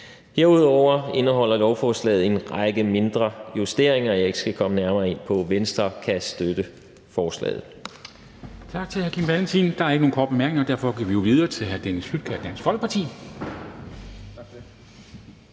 Herudover indeholder lovforslaget en række mindre justeringer, jeg ikke skal komme nærmere ind på. Venstre kan støtte forslaget.